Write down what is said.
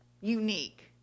Unique